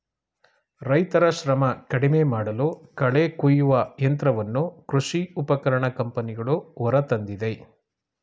ರೈತರ ಶ್ರಮ ಕಡಿಮೆಮಾಡಲು ಕಳೆ ಕುಯ್ಯುವ ಯಂತ್ರವನ್ನು ಕೃಷಿ ಉಪಕರಣ ಕಂಪನಿಗಳು ಹೊರತಂದಿದೆ